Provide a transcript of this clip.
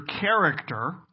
character